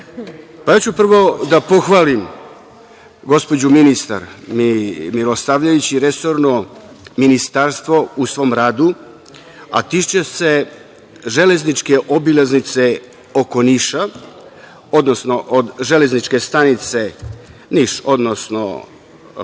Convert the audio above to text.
prvo ću da pohvalim gospođu ministar i resorno ministarstvo u svom radu, a tiče se železničke obilaznice oko Niša, odnosno od železničke stanice Niš, odnosno do